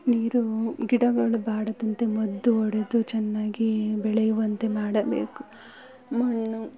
ನೀರು ಗಿಡಗಳು ಬಾಡದಂತೆ ಮದ್ದು ಒಡೆದು ಚೆನ್ನಾಗಿ ಬೆಳೆಯುವಂತೆ ಮಾಡಬೇಕು ಮಣ್ಣು